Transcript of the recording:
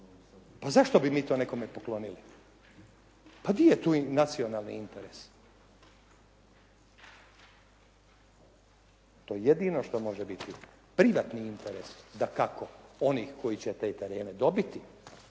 Pa zašto bi to nekome poklonili? Pa gdje je tu nacionalni interes? To jedino još može biti privatni interes dakako onih koji će te terene dobiti